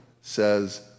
says